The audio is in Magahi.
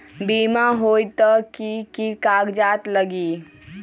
बिमा होई त कि की कागज़ात लगी?